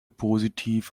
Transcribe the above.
positiv